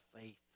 faith